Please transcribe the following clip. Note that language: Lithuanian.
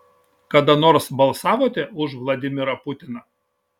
kada nors balsavote už vladimirą putiną